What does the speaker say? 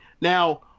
Now